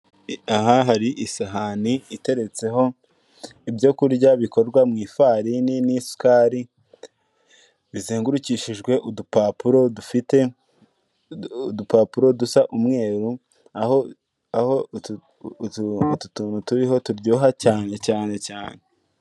Aha hari isahani iteretseho ibyo kurya bikorwa mu ifarini n'isukari bizengurukishijwe udupapuro dufite udupapuro dusa umweru, aho utu tuntu turiho turyoha cyane cyane cyane.